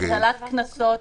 הטלות של קנסות,